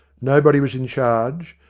nobody was in charge,